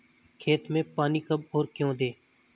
खेत में पानी कब और क्यों दें?